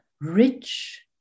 rich